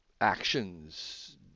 actions